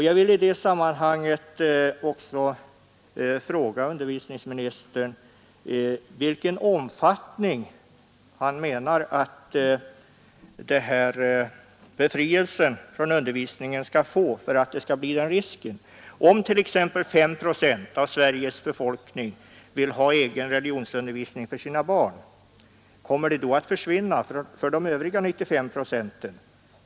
Jag vill i detta sammanhang fråga utbildningsministern, vilken omfattning han menar att befrielsen från undervisningen skall ha för att den risken skall uppstå. Om t.ex. 5 procent av Sveriges befolkning vill ha egen religionsundervisning för sina barn, kommer religionsundervisningen i skolan då att försvinna för de övriga 95 procenten?